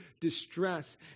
distress